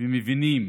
ומבינים